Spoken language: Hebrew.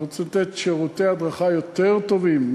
אנחנו רוצים לתת שירותי הדרכה יותר טובים,